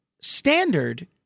standard